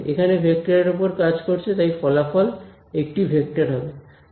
এখানে ভেক্টরের উপর কাজ করছে তাই ফলাফল একটি ভেক্টর হবে